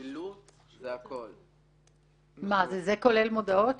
שילוט כולל מודעות?